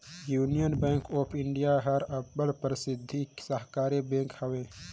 union Bank of India हर अब्बड़ परसिद्ध सहकारी बेंक हवे